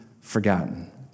forgotten